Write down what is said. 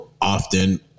often